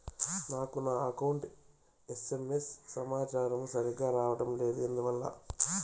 నాకు నా account SMS సమాచారము సరిగ్గా రావడం లేదు ఎందువల్ల?